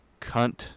cunt